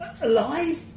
Alive